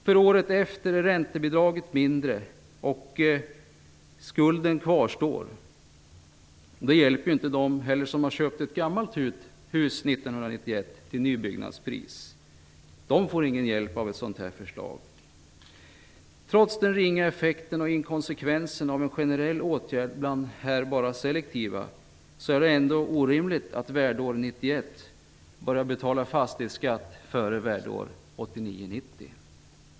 Året därpå blir räntebidraget mindre, och skulden kvarstår. Inte heller hjälper det dem som har köpt ett gammalt hus till nybyggnadspris under 1991. De får ingen hjälp av ett sådant här förslag. Trots den ringa effekten och inkonsekvensen av en generell åtgärd bland annars bara selektiva sådana, är det orimligt att man skall börja betala fastighetsskatt för värdeår 1991 före värdeåren 1989-90.